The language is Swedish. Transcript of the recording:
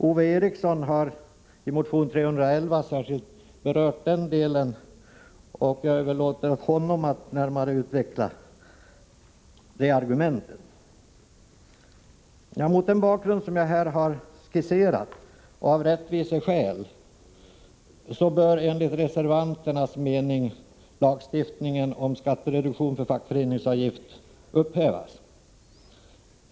Ove Eriksson har i motion 311 särskilt berört denna del, varför jag överlåter åt honom att närmare utveckla detta argument. Mot den bakgrund som jag här skisserat och av rättviseskäl bör enligt reservanternas mening lagstiftningen om skattereduktion för fackförenings avgift upphävas.